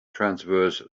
transverse